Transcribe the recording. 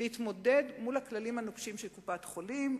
להתמודד מול הכללים הנוקשים של קופת-החולים.